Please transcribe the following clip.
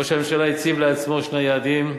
ראש הממשלה הציב לעצמו שני יעדים,